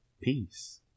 peace